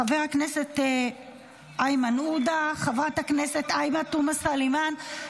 חבר הכנסת איימן עודה; חברת הכנסת עאידה תומא סלימאן.